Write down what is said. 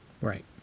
Right